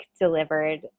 delivered